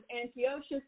Antiochus